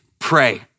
Pray